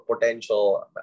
potential